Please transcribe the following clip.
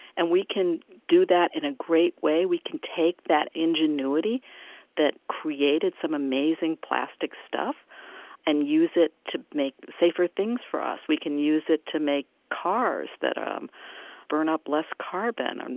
and we can do that in a great way, we can take that ingenuity that created some amazing plastic stuff and use it to make safer things for us. we can use it to make cars that um burn up less carbon, and